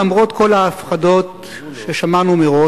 למרות כל ההפחדות ששמענו מראש,